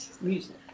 music